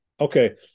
Okay